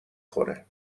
خوره